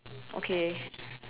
okay